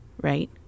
right